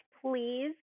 please